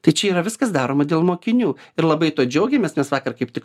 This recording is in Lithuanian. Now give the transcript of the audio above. tai čia yra viskas daroma dėl mokinių ir labai tuo džiaugiamės nes vakar kaip tik